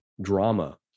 drama